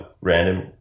random